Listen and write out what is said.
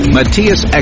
Matthias